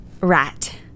Rat